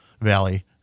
Valley